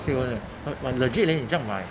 欣闻 leh ho~ wh~ legit leh 你这样卖